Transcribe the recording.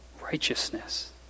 righteousness